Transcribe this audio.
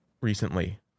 recently